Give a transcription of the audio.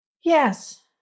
Yes